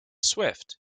swift